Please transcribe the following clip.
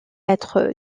être